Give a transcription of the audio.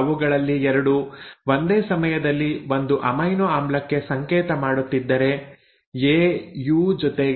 ಅವುಗಳಲ್ಲಿ 2 ಒಂದೇ ಸಮಯದಲ್ಲಿ ಒಂದು ಅಮೈನೊ ಆಮ್ಲಕ್ಕೆ ಸಂಕೇತ ಮಾಡುತ್ತಿದ್ದರೆ ಎ ಯು ಜೊತೆ